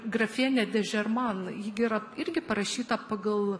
grafienė dežerman ji gi yra irgi parašyta pagal